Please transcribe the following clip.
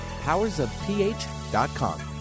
powersofph.com